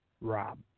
Rob